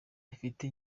rifite